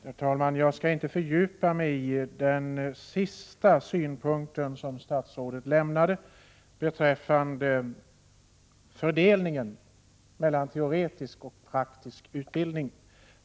Herr talman! Jag skall inte fördjupa mig i de synpunkter som statsrådet avslutningsvis anförde beträffande fördelningen mellan teoretisk och praktisk utbildning.